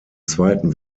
zweiten